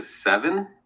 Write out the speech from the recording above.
seven